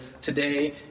today